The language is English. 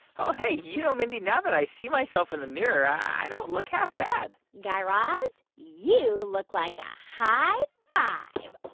ah hey. you know, mindy, now that i see myself in the mirror, i don't look half bad guy raz, you look like a high five.